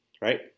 right